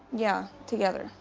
yeah, together,